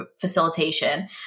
Facilitation